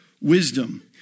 wisdom